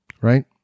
Right